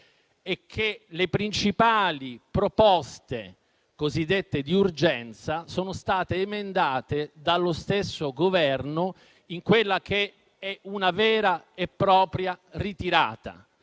è che le principali proposte cosiddette di urgenza sono state emendate dallo stesso Governo in quella che è una vera e propria ritirata.